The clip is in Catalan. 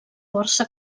força